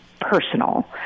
personal